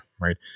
Right